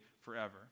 forever